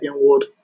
inward